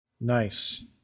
Nice